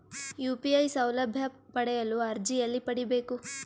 UPI ಸೌಲಭ್ಯ ಪಡೆಯಲು ಅರ್ಜಿ ಎಲ್ಲಿ ಪಡಿಬೇಕು?